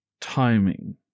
timing